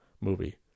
movie